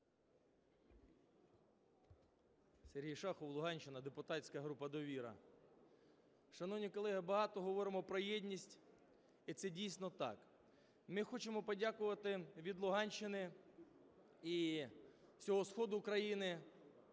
Сергій Шахов, Луганщина, депутатська група "Довіра". Шановні колеги, багато говоримо про єдність, і це дійсно так. Ми хочемо подякувати від Луганщини і всього сходу України,